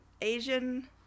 asian